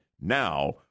Now